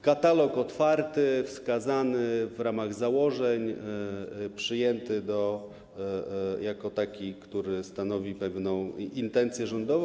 Katalog otwarty, wskazany w ramach założeń, przyjęty jako taki, który stanowi pewną intencję rządową.